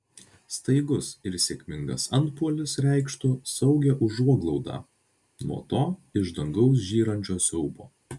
staigus ir sėkmingas antpuolis reikštų saugią užuoglaudą nuo to iš dangaus žyrančio siaubo